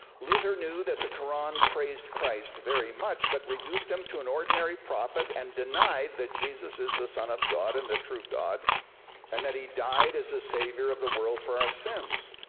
luther knew that the quran praised christ very much, but reduced him to an ordinary prophet and denied that jesus is the son of god and the true god and that he died as a savior of the world for our sins.